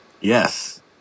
Yes